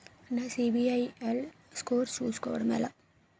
నా సిబిఐఎల్ స్కోర్ చుస్కోవడం ఎలా?